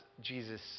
Jesus